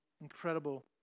incredible